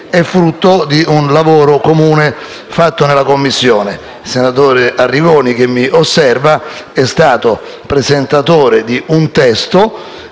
è frutto di un lavoro comune svolto in Commissione. Il senatore Arrigoni, che mi osserva, ha presentato un testo